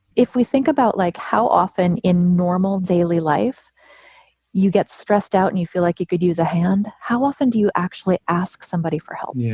if we think about like how often in normal daily life you get stressed out and you feel like you could use a hand. how often do you actually ask somebody for help? yeah,